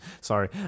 sorry